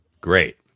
Great